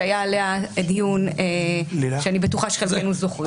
שהיה עליה דיון שאני בטוחה שחלקנו זוכרים.